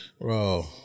Bro